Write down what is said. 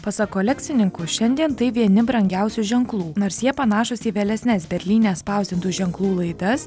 pasak kolekcininkų šiandien tai vieni brangiausių ženklų nors jie panašūs į vėlesnes berlyne spausdintų ženklų laidas